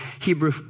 Hebrew